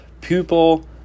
pupil